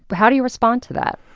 but how do you respond to that?